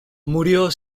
murió